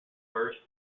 birth